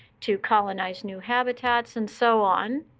to colonize new habitats, and so on.